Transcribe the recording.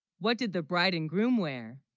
what, did the bride and groom wear